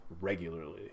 regularly